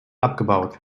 abgebaut